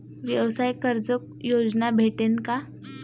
व्यवसाय कर्ज योजना भेटेन का?